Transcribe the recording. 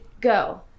Go